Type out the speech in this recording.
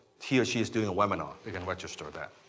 he or she is doing a webinar. they're gonna register that.